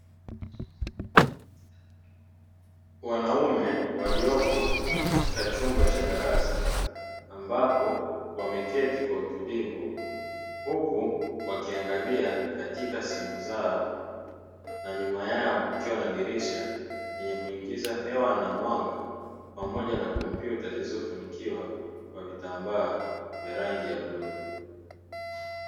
Wanaume waliopo katika chumba cha darasa ambapo wameketi kwa utulivu, huku wakiangalia katika simu zao na nyuma yao, kukiwa na dirisha lenye kuingiza hewa na mwanga pamoja na kompyuta zilizofunikiwa kwa vitambaa vya rangi ya bluu.